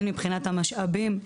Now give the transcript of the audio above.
הן מבחינת המשאבים,